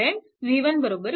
कारण v1 v